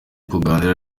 kuganira